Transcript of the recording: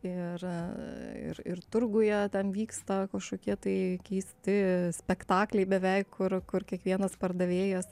ir ir turguje ten vyksta kažkokie tai keisti spektakliai beveik kur kur kiekvienas pardavėjas